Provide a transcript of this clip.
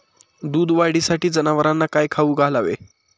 दूध वाढीसाठी जनावरांना काय खाऊ घालावे?